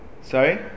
Sorry